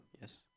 Yes